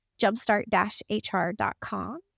jumpstart-hr.com